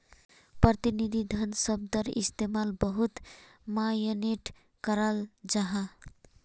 प्रतिनिधि धन शब्दर इस्तेमाल बहुत माय्नेट कराल जाहा